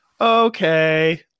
okay